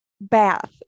bath